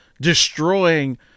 destroying